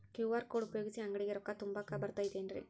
QR code ಉಪಯೋಗಿಸಿ, ಅಂಗಡಿಗೆ ರೊಕ್ಕಾ ತುಂಬಾಕ್ ಬರತೈತೇನ್ರೇ?